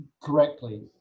correctly